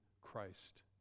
Christ